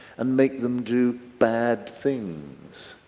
and make them do bad things.